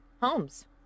homes